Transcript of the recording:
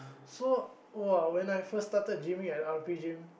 so !wah! when I first started gyming at R_P gym